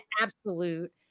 absolute